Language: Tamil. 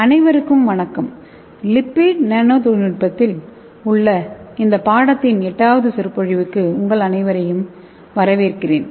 அனைவருக்கும் வணக்கம் லிப்பிட் நானோ தொழில்நுட்பத்தில் உள்ள இந்த பாடத்தின் எட்டாவது சொற்பொழிவுக்கு உங்கள் அனைவரையும் வரவேற்கிறேன்